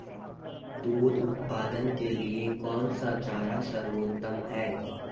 दूध उत्पादन के लिए कौन सा चारा सर्वोत्तम है?